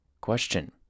question